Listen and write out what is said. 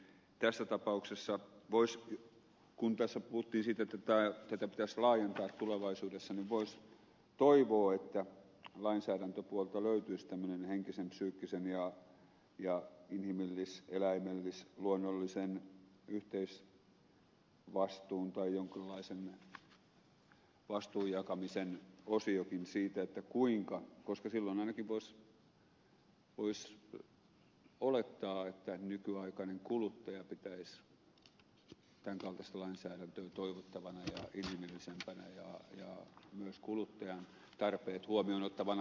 tässä tapauksessa kun tässä puhuttiin siitä että tätä pitäisi laajentaa tulevaisuudessa voisi toivoa että lainsäädäntöpuolelta löytyisi tämmöinen henkisen psyykkisen ja inhimillis eläimellis luonnollisen yhteisvastuun tai jonkinlaisen vastuun jakamisen osiokin koska silloin ainakin voisi olettaa että nykyaikainen kuluttaja pitäisi tämän kaltaista lainsäädäntöä toivottavana ja inhimillisempänä ja myös kuluttajan tarpeet huomioon ottavana